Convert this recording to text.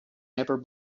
never